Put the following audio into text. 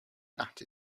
that